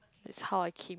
it's how I keep